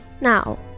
Now